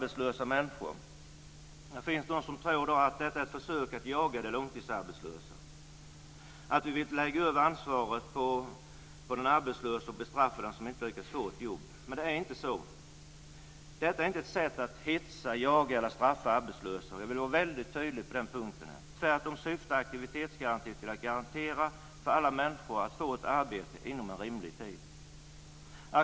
Det finns de som tror att den är ett sätt att jaga de långtidsarbetslösa, att vi helt lägger över ansvaret på den arbetslöse och bestraffar dem som inte lyckas få jobb. Men det är inte så! Detta är inte ett sätt hetsa, jaga eller straffa arbetslösa. Jag vill vara väldigt tydlig på den punkten. Tvärtom syftar aktivitetsgarantin till att garantera alla människor ett arbete inom rimlig tid.